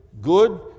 good